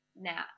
now